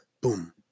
boom